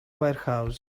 warehouse